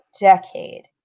decade